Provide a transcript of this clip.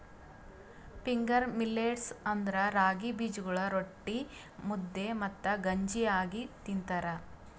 finger millets ಅಂದುರ್ ರಾಗಿ ಬೀಜಗೊಳ್ ರೊಟ್ಟಿ, ಮುದ್ದೆ ಮತ್ತ ಗಂಜಿ ಆಗಿ ತಿಂತಾರ